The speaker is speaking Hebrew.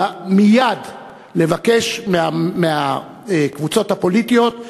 מייד לבקש מהקבוצות הפוליטיות,